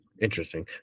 Interesting